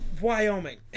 Wyoming